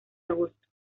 agosto